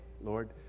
Lord